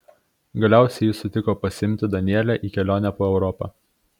galiausiai jis sutiko pasiimti danielę į kelionę po europą